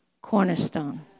cornerstone